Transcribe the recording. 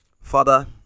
Father